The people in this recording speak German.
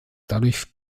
dadurch